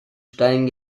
steilen